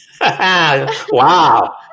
Wow